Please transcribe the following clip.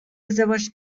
ازدواج